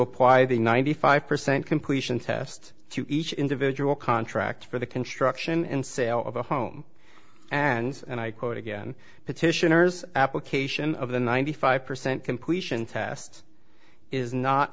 apply the ninety five percent completion test to each individual contract for the construction and sale of a home and i quote again petitioners application of the ninety five percent completion test is not